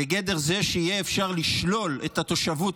לגדר זה שיהיה אפשר לשלול את התושבות